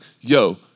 yo